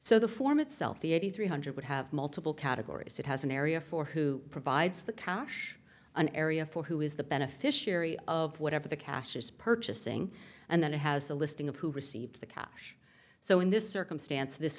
so the form itself the eighty three hundred would have multiple categories it has an area for who provides the cash an area for who is the beneficiary of whatever the castors purchasing and then it has a listing of who received the cash so in this circumstance this